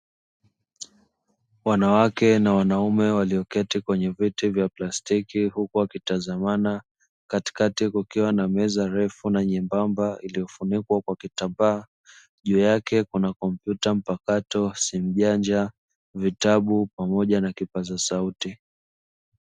Wanawake na wanaume walioketi kwenye viti vya plastiki huku wakitazamana, katikati kukiwa na meza refu na nyembamba iliyofunikwa kwa kitambaa; juu yake kuna kompyuta mpakato, simu janja, vitabu pamoja na kipaza sauti.